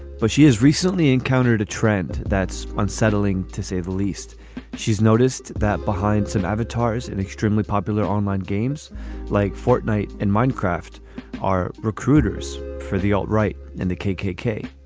but she has recently encountered a trend that's unsettling to say the least she's noticed that behind some avatars in extremely popular online games like fortnight in minecraft are recruiters for the old right and the kkk.